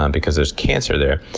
um because there's cancer there,